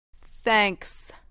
thanks